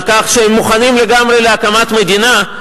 על כך שהם מוכנים לגמרי להקמת מדינה?